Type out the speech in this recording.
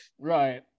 Right